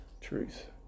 truth